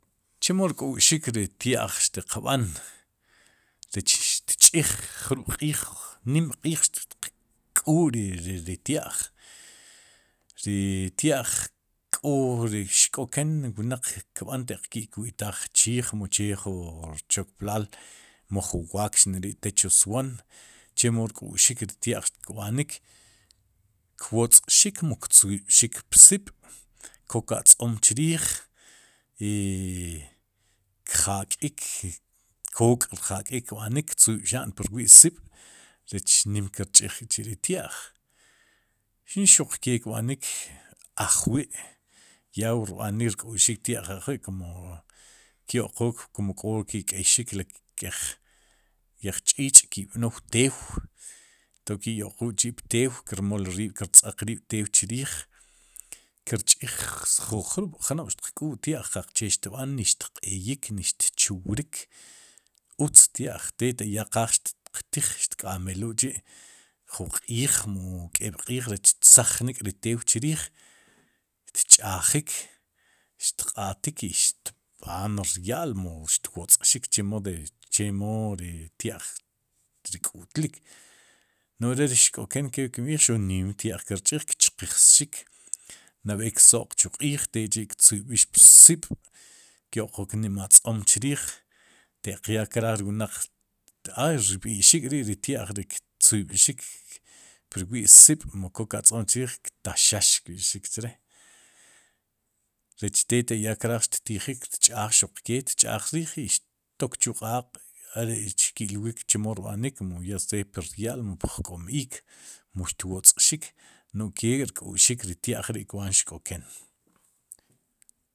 Chemo ek'uxik ri tya'j xtiq b'an rech xtch'iij jrub'q'iij nim q'iij xtk'uu ri ritya'j ri tya'j k'o ri xk'oken wnaq kb'an ataq kei'taaj ri chiij mu che ju chkoplaal mu jun waakx neri'xtel chu swoon chemo xk' xik ri tya'j xtb'anik kwotz'xik mu ktzuyb'xik psib' kok atz'oom chriij, i kjak'iik k'ook rjak'ik kb'anik, ktuyb'xa'n pu rwi'siib' rech nim kir chiij kchi'ri tya'j i xuq kee kb'anik ajwi' ya wu rab'anik rkp uxik tya'j ajwi' kumo kyoqooq k'o ki kk'eyxik ri nk'eej ch'iich'ri ki'pnou tew ento ki'yo'quul chi'pteew kirmol kir tz'aaq riib'tew chi'chrrij kir ch'iij jrub'jnoob'xtiqk'uu ty'aj qaqchee xtb'an ni xtq'eyik ni xtchuqnik utz tya'j te taq ya xtqaaj tiq tiij xtk'ameluul kçhi' ju q'iij mu k'eeb'q'iij recha tzajnik ri teeq chrrij, tcha'jik xtqatik i xtb'aan rya'l mu xtwotz'xik chemo ri chemo ri tya'j ri k'u'tlik no'j re ri xk'ken kep kimb'iij xuq nim re tya'j kir ch'iij kchqijsik nab'ey ksoo'q chu q'iij tek'chi' tek'chi'ktzuyb'ix ptzib'kyo'qook nim atz'oom chriij te'q ya kraaj ri wnaq a rb'i'xik k'ri ri tya'j ri ktzuyb'xik pur wi'sib'mu kook atz'oom chrrij, ktaxax kb'ixik chre, rech te taq ya kraaj xtijik tch'aaj xuq kee tcha'aaj riij i xtok chu q'aaq are'xki'lwik chemo rb'anik mu ya sea pur ya'l mu pjk'om iik, mu xtwotz'xiik nu'j kee rk'uxik ri tya'j kb'anik xk'oken.